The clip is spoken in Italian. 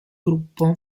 gruppo